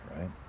right